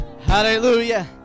Hallelujah